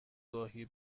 گاهی